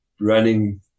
running